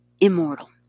immortal